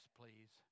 please